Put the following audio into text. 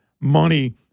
money